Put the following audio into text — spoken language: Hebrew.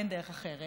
אין דרך אחרת,